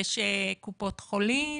יש קופות חולים.